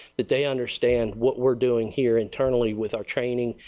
but they understand what we are doing here internally with our training.